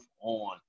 on